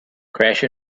crash